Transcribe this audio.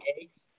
eggs